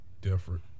different